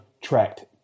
tracked